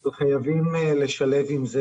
אבל חייבים לשלב עם זה